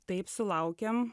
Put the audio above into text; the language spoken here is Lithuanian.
taip sulaukėm